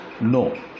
no